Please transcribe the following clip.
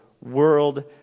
world